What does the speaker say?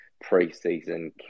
pre-season